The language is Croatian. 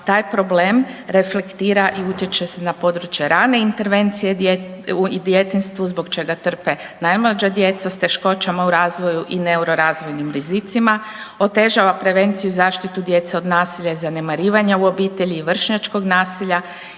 Taj problem reflektira i utječe na područje rane intervencije u djetinjstvu zbog čega trpe najmlađa djeca s teškoćama u razvoju i neurorazvojnim rizicima, otežava prevenciju i zaštitu djece od nasilja i zanemarivanja u obitelji i vršnjačkog nasilja